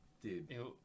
Dude